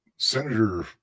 Senator